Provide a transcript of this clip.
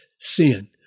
sin